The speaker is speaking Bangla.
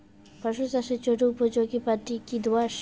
ফসল চাষের জন্য উপযোগি মাটি কী দোআঁশ?